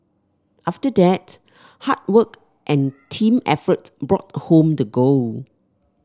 after that hard work and team effort brought home the gold